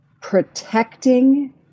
Protecting